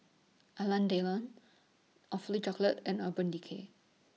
Alain Delon Awfully Chocolate and Urban Decay